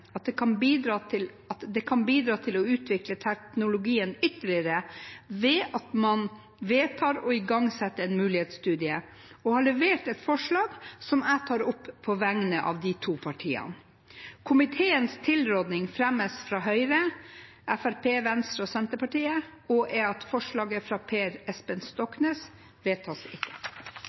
at det kan bidra til å utvikle teknologien ytterligere ved at man vedtar å igangsette en mulighetsstudie, og har levert et forslag som jeg tar opp på vegne av de to partiene. Komiteens tilråding fremmes av Høyre, Fremskrittspartiet, Venstre og Senterpartiet og er at forslaget fra Per Espen Stoknes ikke vedtas.